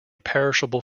perishable